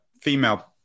female